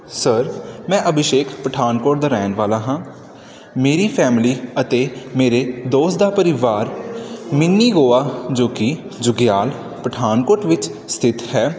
sir ਮੈਂ ਅਭਿਸ਼ੇਕ ਪਠਾਨਕੋਟ ਦਾ ਰਹਿਣ ਵਾਲਾ ਹਾਂ ਮੇਰੀ ਫੈਮਿਲੀ ਅਤੇ ਮੇਰੇ ਦੋਸਤ ਦਾ ਪਰਿਵਾਰ ਮਿਨੀ ਗੋਆ ਜੋ ਕਿ ਜੁਗਿਆਲ ਪਠਾਨਕੋਟ ਵਿੱਚ ਸਥਿੱਤ ਹੈ